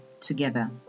together